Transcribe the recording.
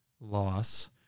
loss